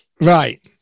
Right